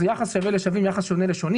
זה יחס שווה לשווים ויחס שונה לשונים.